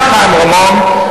בעיקר חיים רמון,